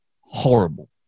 horrible